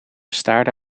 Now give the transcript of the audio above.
staarde